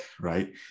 right